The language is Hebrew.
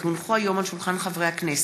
כי הונחו היום על שולחן הכנסת,